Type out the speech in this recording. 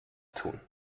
tun